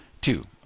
two